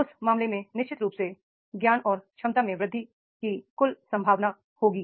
उस मामले में निश्चित रूप से ज्ञान और क्षमता में वृद्धि की कुल संभावना होगी